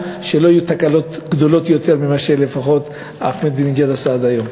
שלא יהיו תקלות גדולות יותר ממה שלפחות אחמדינג'אד עשה עד היום.